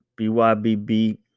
Bybb